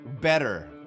better